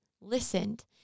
listened